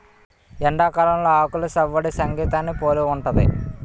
ఎండాకాలంలో ఆకులు సవ్వడి సంగీతాన్ని పోలి ఉంటది